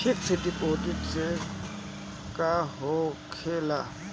Fix deposit से का होखे ला?